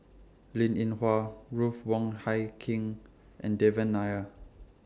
Linn in Hua Ruth Wong Hie King and Devan Nair